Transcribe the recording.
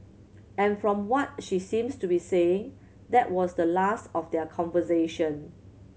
and from what she seems to be saying that was the last of their conversation